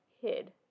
hid